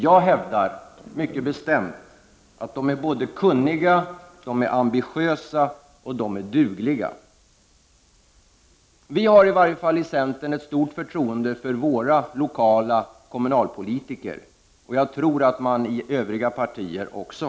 Jag hävdar mycket bestämt att de är såväl kunniga och ambitiösa som dugliga. I varje fall vi i centern har ett stort förtroende för våra lokala kommunalpolitiker. Jag tror att man har det i övriga partier också.